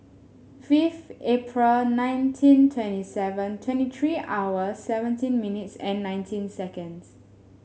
fifth April nineteen twenty seven twenty three hours seventeen minutes and nineteen seconds